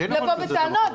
לבוא בטענות.